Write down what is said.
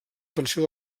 pensió